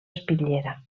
espitllera